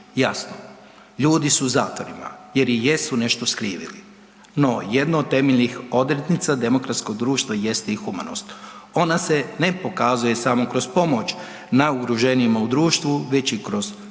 Jasno, ljudi su u zatvorima jer i jesu nešto skrivili, no jedno od temeljnih odrednica demokratskog društva jeste i humanost ona se ne pokazuje samo kroz pomoć najugroženijima u društvu već i što će